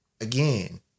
again